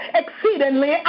exceedingly